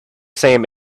same